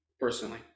personally